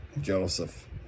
Joseph